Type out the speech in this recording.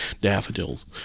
daffodils